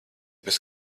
bez